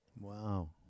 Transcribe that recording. Wow